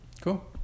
Cool